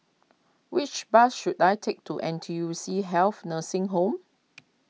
which bus should I take to N T U C Health Nursing Home